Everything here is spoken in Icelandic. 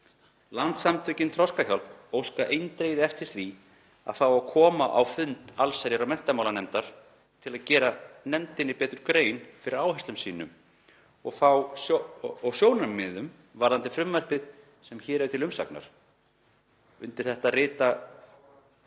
Landssamtökin Þroskahjálp óska eindregið eftir að fá að koma á fund allsherjar- og menntamálanefndar til að gera nefndinni betur grein fyrir áherslum sínum og sjónarmiðum varðandi frumvarpið sem hér er til umsagnar.“ Undir þetta rita